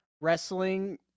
wrestling